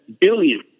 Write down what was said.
billion